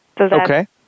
Okay